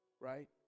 Right